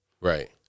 right